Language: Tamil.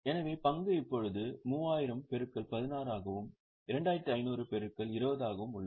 எனவே பங்கு இப்போது 3000 பெருக்கல் 16 ஆகவும் 2500 பெருக்கல் 20 ஆகவும் உள்ளது